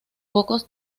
pocos